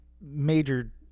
major